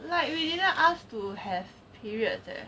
like we didn't ask to have periods eh